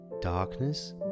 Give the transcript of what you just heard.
darkness